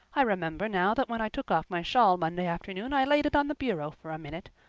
i remember now that when i took off my shawl monday afternoon i laid it on the bureau for a minute.